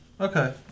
Okay